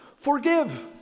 Forgive